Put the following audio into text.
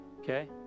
Okay